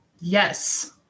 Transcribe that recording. Yes